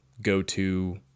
go-to